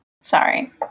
Sorry